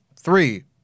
three